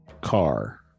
car